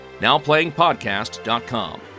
NowPlayingPodcast.com